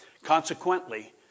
Consequently